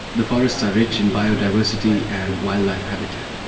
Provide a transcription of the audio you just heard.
the forests are rich in biodiversity and wildlife habitat.